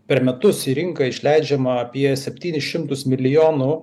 per metus į rinką išleidžiama apie septynis šimtus milijonų